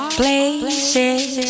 places